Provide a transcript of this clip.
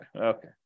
Okay